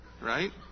Right